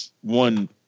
one